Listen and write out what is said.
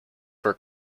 for